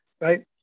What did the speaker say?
right